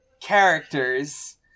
characters